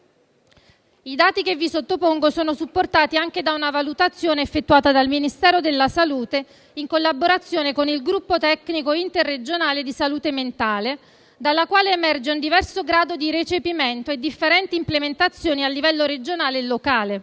I dati che vi sottopongo sono supportati anche da una valutazione effettuata dal Ministero della salute, in collaborazione con il gruppo tecnico interregionale salute mentale, dalla quale emergono un diverso grado di recepimento e differenti implementazioni a livello regionale e locale.